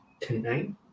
tonight